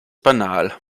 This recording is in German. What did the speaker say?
banal